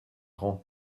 rends